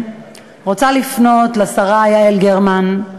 רוצה לפנות לשרה יעל גרמן,